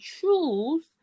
choose